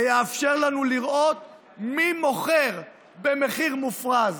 זה יאפשר לנו לראות מי מוכר במחיר מופרז,